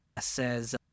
says